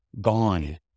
gone